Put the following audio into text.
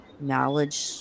knowledge